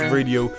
Radio